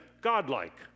godlike